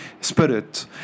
spirit